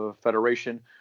Federation